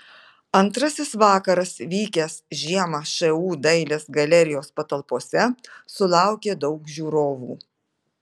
antrasis vakaras vykęs žiemą šu dailės galerijos patalpose sulaukė daug žiūrovų